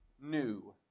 new